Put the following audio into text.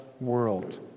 world